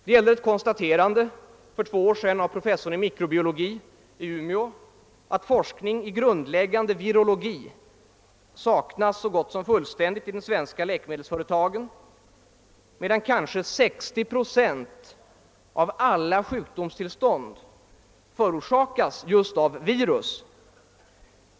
Det gäller ett konstaterande för två år sedan av professorn i mikrobiologi i Umeå att forskning i grundläggande virologi så gott som fullständigt saknas i de svenska läkemedelsföretagen, medan kanske 60 procent av alla sjukdomstillstånd förorsakas just av virus.